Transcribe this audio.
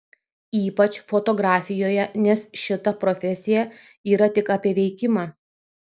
ypač fotografijoje nes šita profesija yra tik apie veikimą